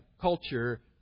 culture